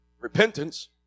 Repentance